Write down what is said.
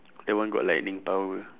the one got lightning power